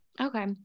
Okay